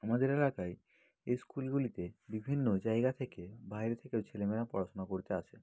আমাদের এলাকায় এই স্কুলগুলিতে বিভিন্ন জায়গা থেকে বাইরে থেকেও ছেলেমেয়েরা পড়াশুনা করতে আসে